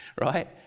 right